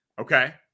Okay